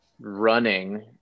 running